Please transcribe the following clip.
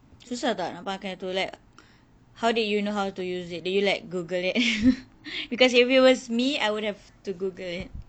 susah tak nak pakai tu like how did you know how to use it did you like Google it because if it was me I would have to Google it